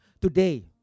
Today